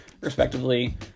respectively